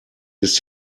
ist